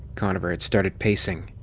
conover had started pacing.